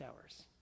hours